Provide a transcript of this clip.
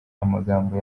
amagambo